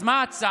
אז מה ההצעה?